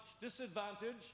Disadvantage